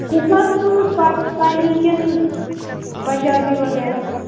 کُس حظ سوٗٹ پاکِستانی کِنہٕ پَنٛجابی وَغیرہ